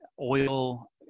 oil